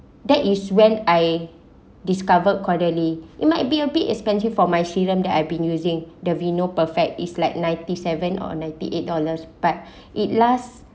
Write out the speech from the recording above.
that is when I discovered quarterly it might be a bit expensive for my serum that I've been using the vino perfect is like ninety seven or ninety eight dollars but it last